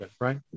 right